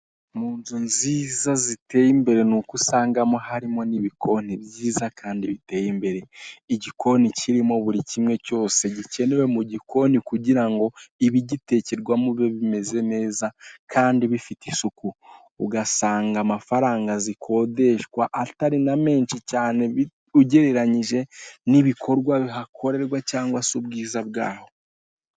Mu inzu nziza ziteye imbere n'uko usangamo harimo harimo n'ibikoni byiza kandi biteye imbere, igikoni kirimo buri kimwe cyose gikenewe mu igikoni kugirango ibigitekerwamo bibe bimeze neza kandi bifite isuku ugasanga amafaranga zikodeshwa atari na menshi cyane ugereranyije n'ibikorwa bihakorerwa cyangwa se ubwiza bwaho.